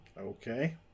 Okay